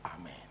Amen